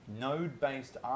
node-based